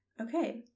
Okay